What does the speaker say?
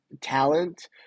talent